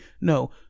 no